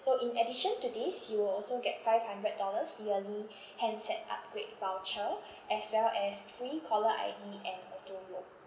so in addition to these you will also get five hundred dollars yearly handset upgrade voucher as well as free caller I_D and auto roam